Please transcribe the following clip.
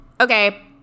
Okay